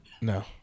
no